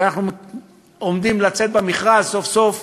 ואנחנו עומדים לצאת במכרז סוף-סוף,